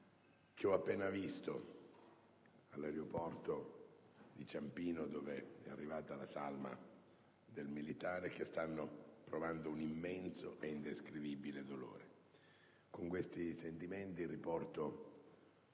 che ho appena visto all'aeroporto di Ciampino, dove è arrivata la salma del militare, che stanno provando un immenso e indescrivibile dolore. Con questi sentimenti riporto